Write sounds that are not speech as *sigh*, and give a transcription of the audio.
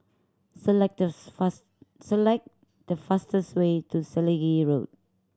select thus *unintelligible* select the fastest way to Selegie Road